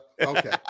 okay